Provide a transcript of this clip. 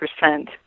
percent